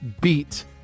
beat